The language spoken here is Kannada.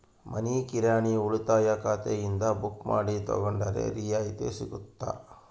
ಮನಿ ಕಿರಾಣಿ ಉಳಿತಾಯ ಖಾತೆಯಿಂದ ಬುಕ್ಕು ಮಾಡಿ ತಗೊಂಡರೆ ರಿಯಾಯಿತಿ ಸಿಗುತ್ತಾ?